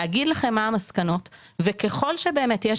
להגיד לכם מה המסקנות וככל שבאמת יש פער